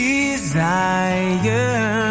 Desire